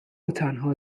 وتنها